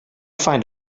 find